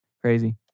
Crazy